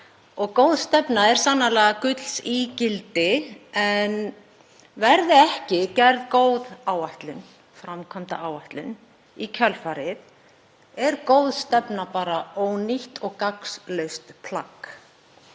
Góð stefna er sannarlega gulls ígildi en verði ekki gerð góð áætlun, framkvæmdaáætlun, í kjölfarið er góð stefna bara ónýtt og gagnslaust plagg.